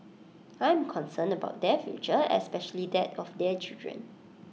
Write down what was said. I am concerned about their future especially that of their children